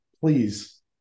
Please